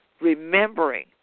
remembering